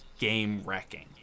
game-wrecking